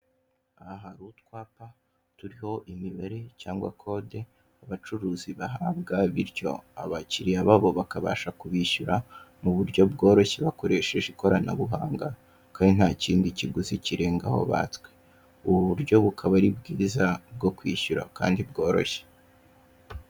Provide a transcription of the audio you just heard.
Aha hari utwapa turiho imibare cyangwa kode abacuruzi bahabwa, bityo abakiriya babo bakabasha kubishyura mu buryo bworoshye bakoresheje ikoranabuhanga kandi nta kindi kiguzi kirengaho batswe. Ubu buryo bukaba ari bwiza bwo kwishyura kandi bworoshye.